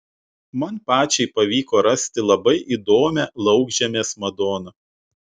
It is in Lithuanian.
man pačiai pavyko rasti labai įdomią laukžemės madoną